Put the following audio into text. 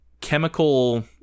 chemical